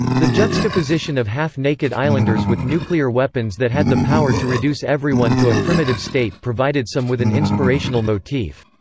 the juxtaposition of half-naked islanders with nuclear weapons that had the power to reduce everyone to a primitive state provided some with an inspirational motif.